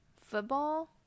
football